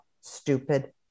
stupid